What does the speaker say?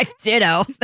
Ditto